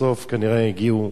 בסוף כנראה הגיעו